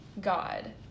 God